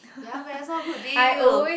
ya man it's not a good deal